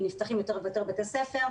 כי נפתחים יותר ויותר בתי ספר,